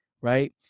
right